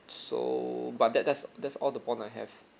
so but that that's that's all the bond I have